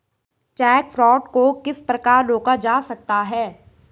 Check fraud को किस प्रकार रोका जा सकता है?